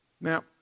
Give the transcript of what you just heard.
Now